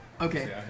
Okay